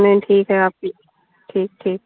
नहीं ठीक है आपकी ठीक ठीक